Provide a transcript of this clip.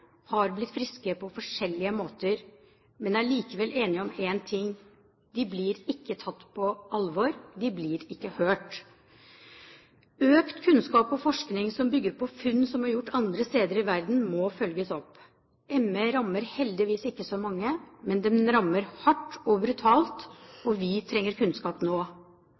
har blitt friske på forskjellige måter, men er likevel enige om en ting: De blir ikke tatt på alvor, de blir ikke hørt. Økt kunnskap og forskning som bygger på funn som er gjort andre steder i verden, må følges opp. ME rammer heldigvis ikke så mange, men den rammer hardt og brutalt, og vi trenger kunnskap nå.